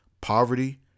poverty